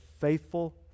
faithful